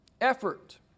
Effort